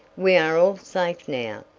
we are all safe now.